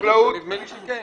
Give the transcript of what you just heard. נדמה לי שכן.